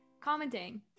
commenting